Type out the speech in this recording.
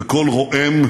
ובה בשעה אונסק"ו